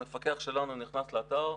המפקח שלנו נכנס לאתר,